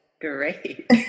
Great